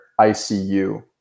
ICU